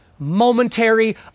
momentary